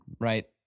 right